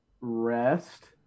rest